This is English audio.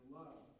love